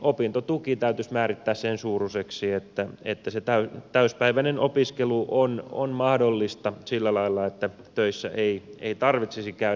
opintotuki täytyisi määrittää sen suuruiseksi että se täysipäiväinen opiskelu olisi mahdollista sillä lailla että töissä ei tarvitsisi käydä